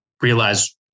realize